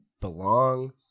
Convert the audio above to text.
belong